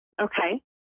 okay